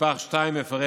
נספח 2 מפרט